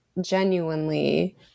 genuinely